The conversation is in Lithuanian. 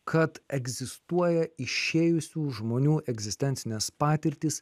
kad egzistuoja išėjusių žmonių egzistencinės patirtys